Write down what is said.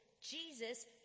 Jesus